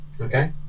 Okay